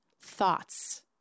thoughts